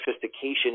sophistication